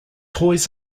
toys